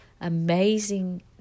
amazing